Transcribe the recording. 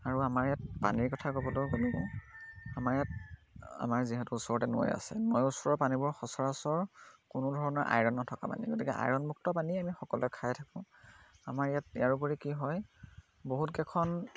আৰু আমাৰ ইয়াত পানীৰ কথা ক'বলৈ গ'লে আমাৰ ইয়াত আমাৰ যিহেতু ওচৰতে নৈ আছে নৈ ওচৰৰ পানীবোৰ সচৰাচৰ কোনো ধৰণৰ আইৰণ নথকা পানী গতিকে আইৰণমুক্ত পানী আমি সকলোৱে খাই থাকোঁ আমাৰ ইয়াত ইয়াৰোপৰি কি হয় বহুতকেইখন